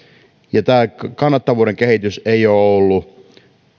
ja tämä kannattavuuden kehitys ei ole ole ollut